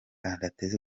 ntateze